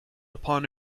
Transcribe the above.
upon